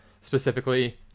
specifically